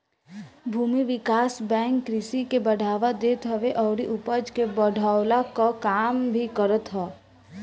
भूमि विकास बैंक कृषि के बढ़ावा देत हवे अउरी उपज के बढ़वला कअ काम भी करत हअ